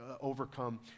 overcome